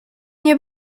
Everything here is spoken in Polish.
nie